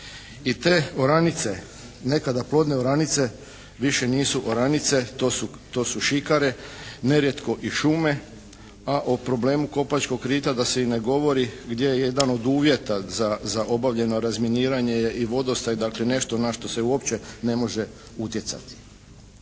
I te oranice, nekada plodne oranice više nisu oranice. To su šikare, nerijetko i šume a o problemu Kopačkog rita da se i ne govori gdje je jedan od uvjeta za obavljano razminiranje je i vodostaj, dakle nešto na što se uopće ne može utjecati.